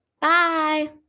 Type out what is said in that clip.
Bye